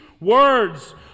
words